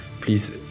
please